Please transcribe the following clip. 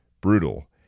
brutal